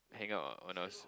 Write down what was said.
hang out honest